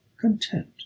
content